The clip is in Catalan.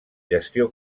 gestió